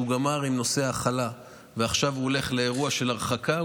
גמר עם נושא ההכלה ועכשיו הוא הולך לאירוע של הרחקה,